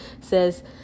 says